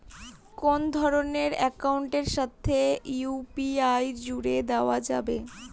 কোন ধরণের অ্যাকাউন্টের সাথে ইউ.পি.আই জুড়ে দেওয়া যাবে?